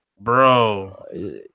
Bro